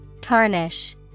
Tarnish